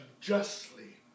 justly